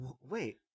Wait